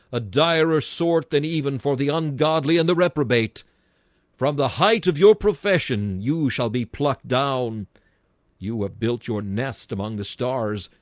a dire assort than even for the ungodly and the reprobate from the height of your profession you shall be plucked down you have built your nest among the stars,